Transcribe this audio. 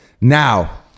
now